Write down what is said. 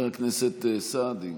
חבר הכנסת סעדי.